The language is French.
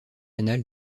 anale